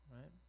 right